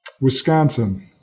Wisconsin